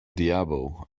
diabo